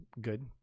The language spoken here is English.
good